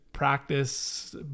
Practice